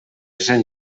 sant